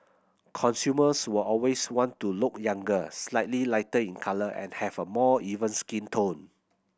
consumers will always want to look younger slightly lighter in colour and have a more even skin tone